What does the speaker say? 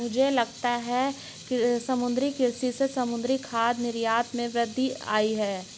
मुझे लगता है समुद्री कृषि से समुद्री खाद्य निर्यात में वृद्धि आयी है